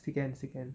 second second